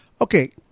Okay